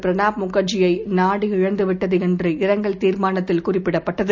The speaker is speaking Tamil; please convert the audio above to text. பிரணாப்முகர்ஜி யைநாடுஇழந்துவிட்டதுஎன்றுஇரங்கல்தீர்மானத்தில்குறி ப்பிடப்பட்டது